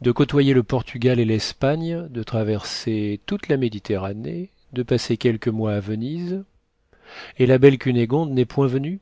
de côtoyer le portugal et l'espagne de traverser toute la méditerranée de passer quelques mois à venise et la belle cunégonde n'est point venue